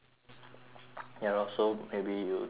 ya lor so maybe you took it too hard